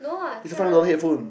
it's a five hundred dollar headphone